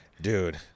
Dude